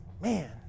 Man